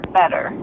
better